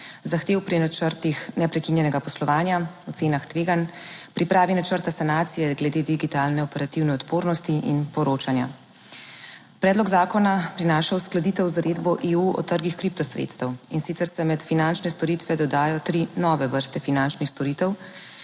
zahtev pri načrtih neprekinjenega poslovanja, ocenah tveganj, pripravi načrta sanacije, glede digitalne operativne odpornosti in poročanja. Predlog zakona prinaša uskladitev z uredbo EU o trgih kripto sredstev, in sicer se med finančne storitve dodajo tri nove vrste finančnih storitev,